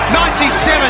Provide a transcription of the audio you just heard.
97